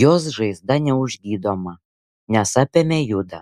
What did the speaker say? jos žaizda neužgydoma nes apėmė judą